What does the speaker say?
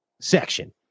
section